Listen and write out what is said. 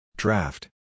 Draft